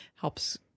helps